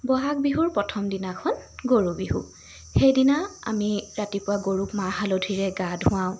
বহাগ বিহুৰ প্ৰথম দিনাখন গৰু বিহু সেইদিনা আমি ৰাতিপুৱা গৰুক মাহ হালধিৰে গা ধোৱাওঁ